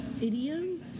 idioms